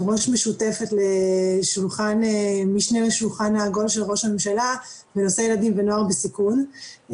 ראש משותפת למשנה לשולחן העגול של ראש הממשלה בנושא ילדים ונוער בסיכון.